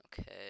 Okay